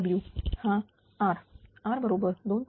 R बरोबर 2